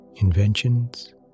inventions